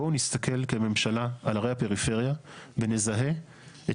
בואו נסתכל כממשלה על ערי הפריפריה ונזהה את